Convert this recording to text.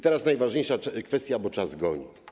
Teraz najważniejsza kwestia, bo czas goni.